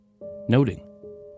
noting